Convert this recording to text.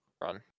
Run